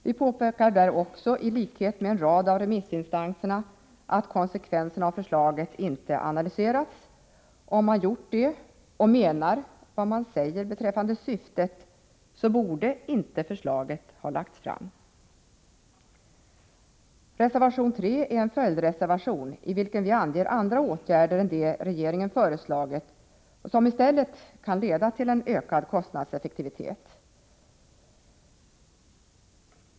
Vi påpekar där också i likhet med en rad av remissinstanserna att konsekvenserna av förslaget inte har analyserats. Om man hade gjort det och menar vad man säger beträffande syftet, borde inte förslaget ha lagts fram. Reservation 3 är en följdreservation i vilken vi anger andra åtgärder än dem regeringen har föreslagit och som i stället kan leda till en ökad kostnadseffektivitet.